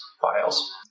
files